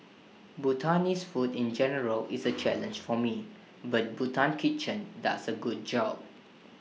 Bhutanese food in general is A challenge for me but Bhutan kitchen does A good job